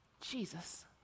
Jesus